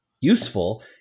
useful